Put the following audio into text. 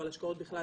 אבל השקעות בכלל.